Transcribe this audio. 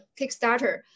Kickstarter